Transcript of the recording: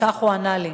וכך הוא ענה לי: